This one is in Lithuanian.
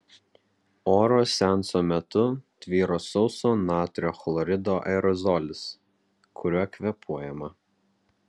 oro seanso metu tvyro sauso natrio chlorido aerozolis kuriuo kvėpuojama